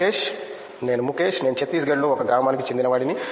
ముఖేష్ నేనే ముఖేష్ నేను ఛత్తీస్గర్ లో ఒక గ్రామానికి చెందినవాడిని